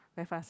very fast